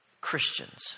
Christians